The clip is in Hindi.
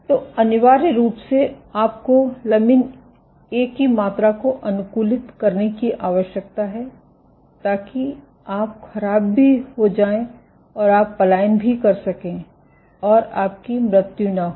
तो अनिवार्य रूप से आपको लमिन ए की मात्रा को अनुकूलित करने की आवश्यकता है ताकि आप ख़राब भी हो जाएं और आप पलायन भी कर सकें और आपकी मृत्यु न हो